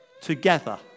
together